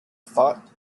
thought